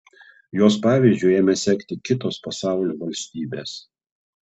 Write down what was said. jos pavyzdžiu ėmė sekti kitos pasaulio valstybės